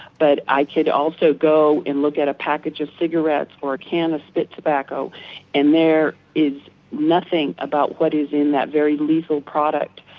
but i could also go and look at a package of cigarettes or a can of spit tobacco and there is nothing about what is in that very lethal product.